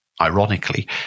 Ironically